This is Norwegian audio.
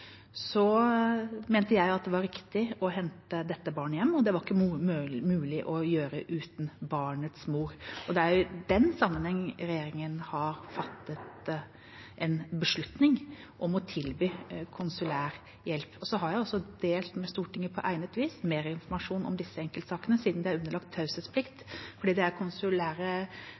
mente jeg det var riktig å hente dette barnet hjem. Det var ikke mulig å gjøre uten barnets mor. Det er i den sammenheng regjeringen har fattet en beslutning om å tilby konsulær hjelp. Så har jeg på egnet vis delt merinformasjon om disse enkeltsakene med Stortinget, siden de er underlagt taushetsplikt. Fordi de er konsulære saker, har jeg delt det med Stortinget. Men det er